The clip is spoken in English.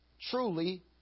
truly